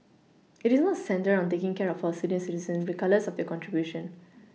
it is not centred on taking care of our senior citizen regardless of their contribution